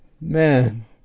Man